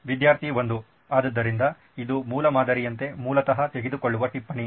ವಿದ್ಯಾರ್ಥಿ 1 ಆದ್ದರಿಂದ ಇದು ಮೂಲ ಮೂಲಮಾದರಿಯಂತೆ ಮೂಲತಃ ತೆಗೆದುಕೊಳ್ಳುವ ಟಿಪ್ಪಣಿ